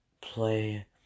play